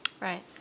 Right